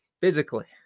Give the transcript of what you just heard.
physically